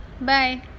Bye